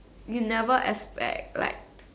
you never expect like